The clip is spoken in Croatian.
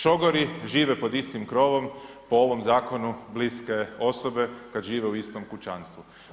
Šogori žive pod istim krovom, po ovom zakonu, bliske osobe kad žive u istom kućanstvu.